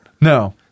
No